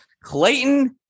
Clayton